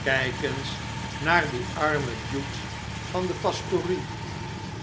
kijk eens naar dien armen bute van de pastorie